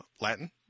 Latin